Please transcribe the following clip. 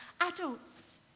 adults